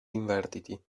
invertiti